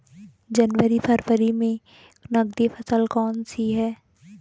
जनवरी फरवरी में नकदी फसल कौनसी है?